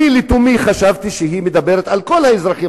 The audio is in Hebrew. אני לתומי חשבתי שהיא מדברת על כל האזרחים,